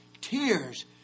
Tears